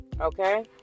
okay